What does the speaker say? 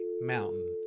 mountain